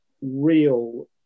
real